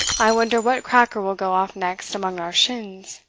i wonder what cracker will go off next among our shins.